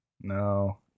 No